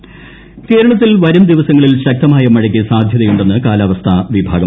മഴ കേരളത്തിൽ വരും ദിവസങ്ങളിൽ ശക്തമായ മഴയ്ക്ക് സാധ്യതയുണ്ടെന്ന് കാലാവസ്ഥാ വിഭാഗം